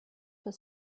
for